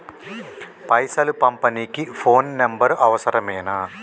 పైసలు పంపనీకి phone number అవసరమేనా?